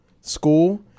school